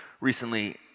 Recently